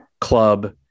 club